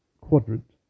quadrant